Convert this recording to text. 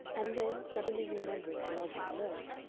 and then, suddenly remembering the lodger below,